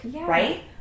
Right